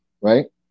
right